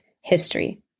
history